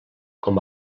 com